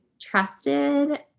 trusted